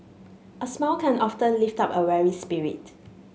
a smile can often lift up a weary spirit